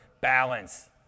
balance